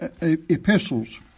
epistles